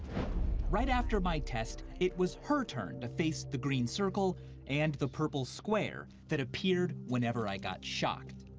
right after my test, it was her turn to face the green circle and the purple square that appeared whenever i got shocked.